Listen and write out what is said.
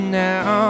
now